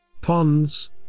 Ponds